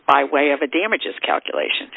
by way of a damages calculation